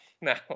now